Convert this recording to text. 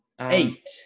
Eight